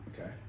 okay